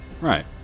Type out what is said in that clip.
Right